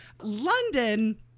London